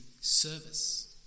service